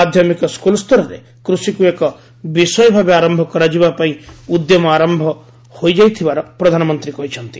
ମାଧ୍ୟମିକ ସ୍କୁଲ ସ୍ତରରେ କୃଷିକୁ ଏକ ବିଷୟ ଭାବେ ଆରମ୍ଭ କରାଯିବା ପାଇଁ ଉଦ୍ୟମ ଆରମ୍ଭ ହୋଇଯାଇଥିବାର ପ୍ରଧାନମନ୍ତ୍ରୀ କହିଛନ୍ତି